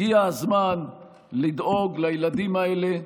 הגיע הזמן לדאוג לילדים האלה.